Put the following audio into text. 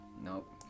Nope